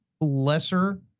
Lesser